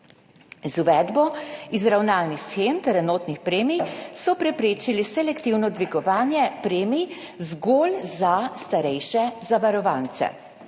Z uvedbo izravnalnih shem ter enotnih premij so preprečili selektivno dvigovanje premij zgolj za starejše zavarovance.